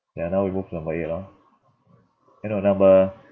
ya now we move to number eight lor eh no number